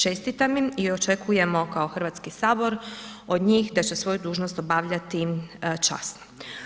Čestitam im i očekujemo kao Hrvatski sabor od njih da će svoju dužnost obavljati časno.